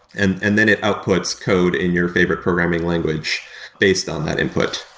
and and then it outputs code in your favorite programming language based on that input.